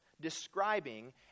describing